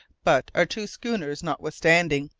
but, our two schooners notwithstanding,